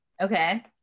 Okay